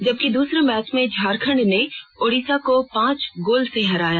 जबकि दूसरे मैच में झारखंड ने ओड़िशा को पांच गोल से हराया